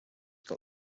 got